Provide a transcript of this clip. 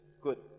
Good